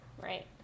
Right